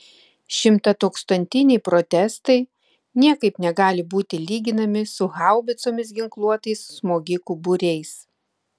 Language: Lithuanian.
šimtatūkstantiniai protestai niekaip negali būti lyginami su haubicomis ginkluotais smogikų būriais